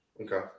Okay